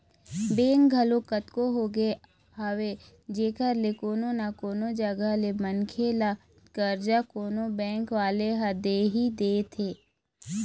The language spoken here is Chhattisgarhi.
बेंक घलोक कतको होगे हवय जेखर ले कोनो न कोनो जघा ले मनखे ल करजा कोनो बेंक वाले ह दे ही देथे